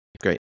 great